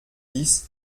dix